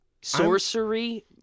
Sorcery